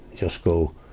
just go,